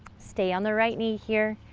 stay on the right knee here,